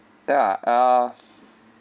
ya uh